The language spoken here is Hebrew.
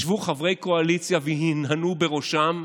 ישבו חברי קואליציה והנהנו בראשם.